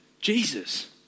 Jesus